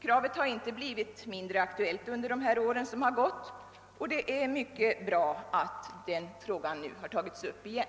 Kravet har inte blivit mindre aktuellt under de år som gått, och det är mycket bra att frågan nu har tagits upp igen.